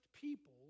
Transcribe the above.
people